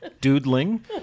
doodling